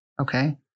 Okay